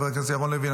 חבר הכנסת ירון לוי,